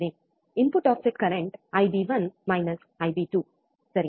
input offset current IB one minus IB two ಸರಿ